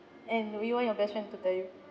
and will you want your best friend to tell you